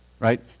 right